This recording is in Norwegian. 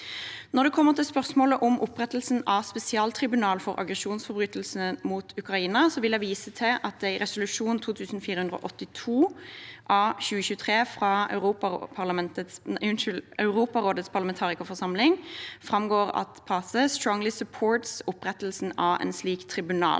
Når det gjelder spørsmålet om opprettelsen av et spesialtribunal for aggresjonsforbrytelsen mot Ukraina, vil jeg vise til at det i resolusjon 2482 av 2023 fra Europarådets parlamentarikerforsamling framgår at PACE «strongly supports» opprettelsen av et slikt tribunal.